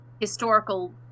historical